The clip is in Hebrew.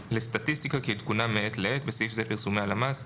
לסטטיסטיקה כעדכונם מעת לעת (בסעיף זה פרסומי הלמ"ס).